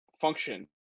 function